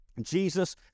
Jesus